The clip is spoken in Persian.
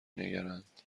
نگرند